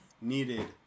needed